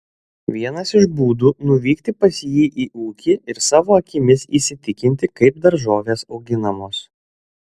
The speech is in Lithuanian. vienas iš būdų nuvykti pas jį į ūkį ir savo akimis įsitikinti kaip daržovės auginamos